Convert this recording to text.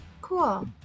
Cool